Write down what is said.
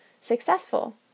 successful